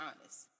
honest